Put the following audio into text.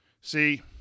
See